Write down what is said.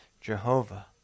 Jehovah